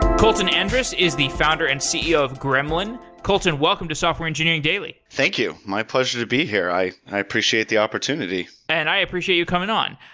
kolton andrus is the founder and ceo of gremlin. kolton, welcome to software engineering daily. thank you. my pleasure to be here. i i appreciate the opportunity and i appreciate you coming on.